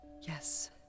Yes